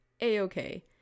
a-okay